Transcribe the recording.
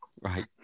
Right